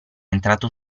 entrato